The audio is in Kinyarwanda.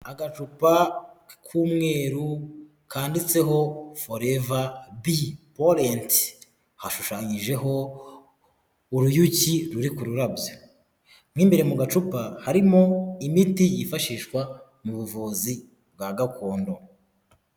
Agacupa k'umweru kanditseho forever bee pollen hashushanyijeho uruyuki ruri ku rurabyo mw’imbere mu gacupa harimo imiti yifashishwa mu buvuzi bwa gakondo.